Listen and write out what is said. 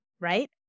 right